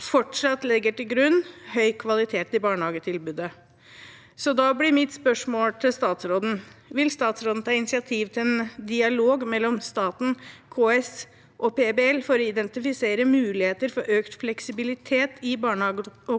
fortsatt legger til grunn høy kvalitet i barnehagetilbudet. Da blir mitt spørsmål til statsråden: Vil statsråden ta initiativ til en dialog mellom staten, KS og PBL for å identifisere muligheter for økt fleksibilitet i barnehageopptaket